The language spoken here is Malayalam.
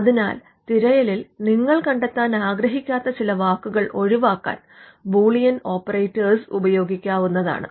അതിനാൽ തിരയലിൽ നിങ്ങൾ കണ്ടെത്താൻ ആഗ്രഹിക്കാത്ത ചില വാക്കുകൾ ഒഴിവാക്കാൻ ബൂളിയൻ ഓപ്പറേറ്റർസ് ഉപയോഗിക്കാവുന്നതാണ്